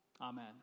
Amen